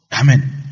Amen